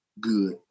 good